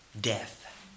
Death